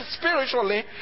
spiritually